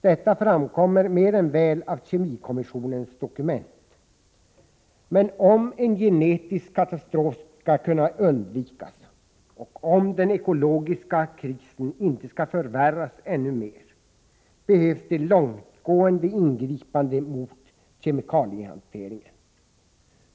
Detta framkommer mer än väl av kemikommissionens dokument. Men om en genetisk katastrof skall kunna undvikas och om den ekologiska krisen inte skall förvärras ännu mer behövs det långtgående ingripanden mot kemikaliehanteringen.